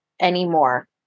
anymore